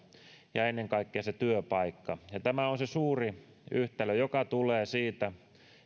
ja ja ennen kaikkea työpaikka tämä on se suuri yhtälö joka tulee siitä